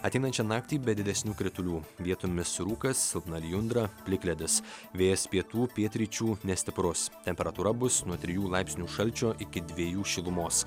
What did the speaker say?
ateinančią naktį be didesnių kritulių vietomis rūkas silpna lijundra plikledis vėjas pietų pietryčių nestiprus temperatūra bus nuo trijų laipsnių šalčio iki dvejų šilumos